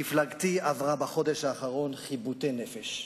מפלגתי עברה בחודש האחרון חיבוטי נפש,